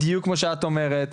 בדיוק כפי שאת אומרת,